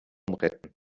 retten